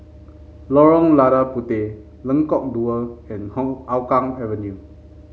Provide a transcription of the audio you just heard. Lorong Lada Puteh Lengkok Dua and Hougang Avenue